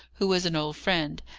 who was an old friend,